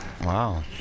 wow